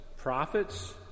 Prophets